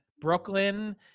brooklyn